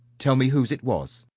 tell me whose it was.